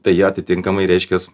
tai atitinkamai reiškias